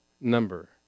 number